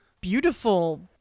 beautiful